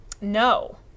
No